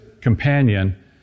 companion